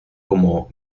como